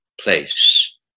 place